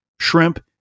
shrimp